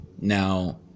Now